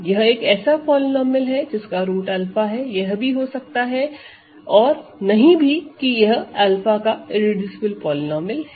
यह एक ऐसा पॉलीनोमिअल है जिसका रूट 𝛂 है यह हो भी सकता है और नहीं भी कि यह 𝛂 का इररेडूसिबल पॉलीनोमिअल है